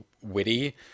witty